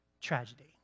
tragedy